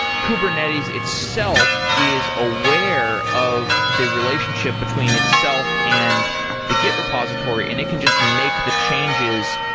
kubernetes itself is aware of the relationship between itself and the git repository, and it can just make the changes,